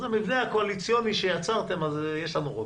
אז במבנה הקואליציוני שיצרתם יש לנו רוב.